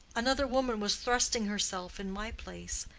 another woman was thrusting herself in my place.